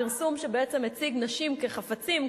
פרסום שבעצם מציג נשים כחפצים,